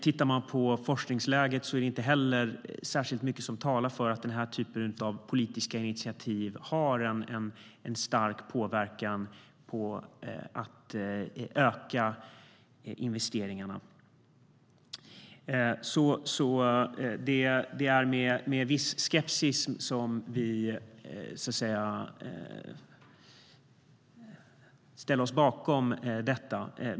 Tittar man på forskningsläget ser man att det inte heller är särskilt mycket som talar för att den här typen av politiska initiativ har en stark påverkan på att öka investeringarna. Det är med viss skepsis som vi ställer oss bakom detta.